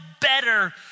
better